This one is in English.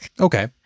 Okay